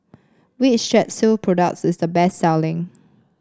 which Strepsils product is the best selling